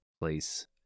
place